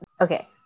Okay